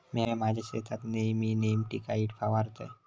म्या माझ्या शेतात नेयमी नेमॅटिकाइड फवारतय